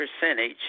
percentage